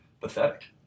pathetic